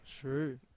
True